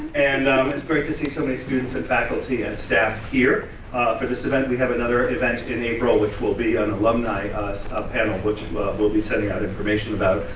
and um it's great to see so many students and faculty and staff here for this event. we have another event in april, which will be an alumni ah panel, which we'll be sending out information about,